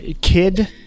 kid